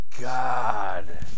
god